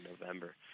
November